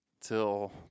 till